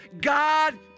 God